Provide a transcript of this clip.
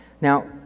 Now